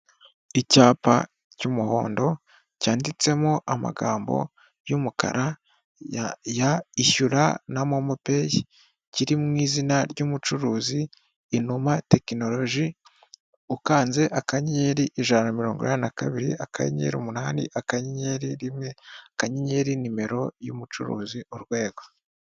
Icyapa cy'umuhondo cyanditsemo amagambo y'umukara ya ishyura na momopeyi kiri mu izina ry'umucuruzi inuma tekinoloji, ukanze akanyenyeri ijana na mirongo inani na kabiri akanyenyeri umunani akanyenyeri rimwe akanyenyeri nimero y'umucuruzi urwego.